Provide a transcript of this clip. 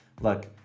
Look